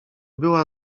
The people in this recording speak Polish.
była